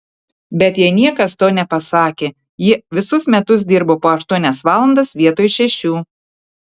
bet jai niekas to nepasakė ji visus metus dirbo po aštuonias valandas vietoj šešių